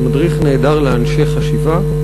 לאנשי חשיבה,